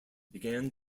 began